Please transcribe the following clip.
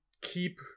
keep